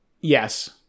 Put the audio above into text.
Yes